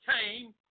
came